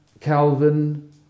Calvin